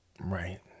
Right